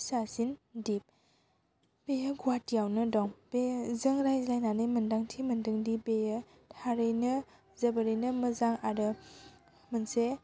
फिसासिन दिप बेयो ग'हाटियावनो दं बेजों रायज्लायनानै मोन्दांथि मोनदोंदि बेयो थारैनो जोबोरैनो मोजां आरो मोनसे